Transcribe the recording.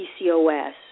PCOS